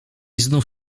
znów